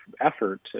effort